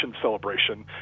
celebration